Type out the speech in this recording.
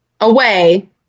away